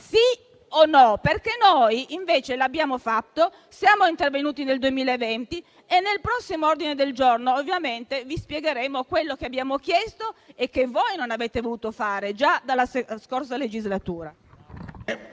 sì o no? Perché noi, invece, lo abbiamo fatto. Siamo intervenuti nel 2020 e, nel prossimo ordine del giorno, vi spiegheremo quello che abbiamo chiesto e che voi non avete voluto fare già dalla scorsa legislatura.